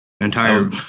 Entire